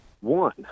one